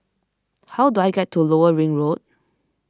how do I get to Lower Ring Road